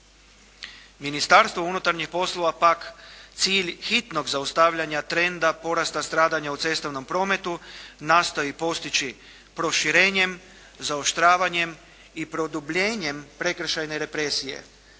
Ministarstvo unutarnjih poslova pak cilj hitnog zaustavljanja trenda porasta stradanja u cestovnom prometu nastoji postići proširenjem, zaoštravanjem i produbljenjem prekršajne represije.